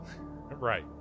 Right